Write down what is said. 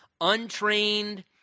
untrained